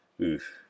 Oof